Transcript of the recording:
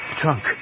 Trunk